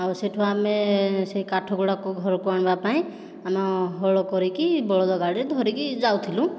ଆଉ ସେଠୁ ଆମେ ସେ କାଠଗୁଡ଼ାକୁ ଘରକୁ ଆଣିବା ପାଇଁ ଆମ ହଳ କରିକି ବଳଦ ଗାଡ଼ିରେ ଧରିକି ଯାଉଥିଲୁ